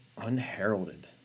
unheralded